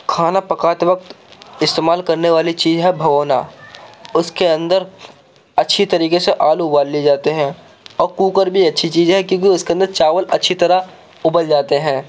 کھانا پکاتے وقت استعمال کرنے والی چیز ہے بھگونا اس کے اندر اچھی طریقے سے آلو ابال لیے جاتے ہیں اور کوکر بھی اچھی چیز ہے کیوں کہ اس کے اندر چاول اچھی طرح ابل جاتے ہیں